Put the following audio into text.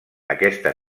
aquesta